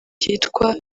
ryitwa